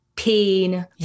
pain